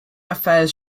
affairs